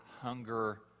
hunger